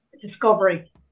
discovery